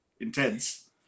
intense